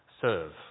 serve